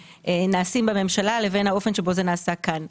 נעשים בממשלה לבין האופן שבו זה נעשה כאן.